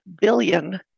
billion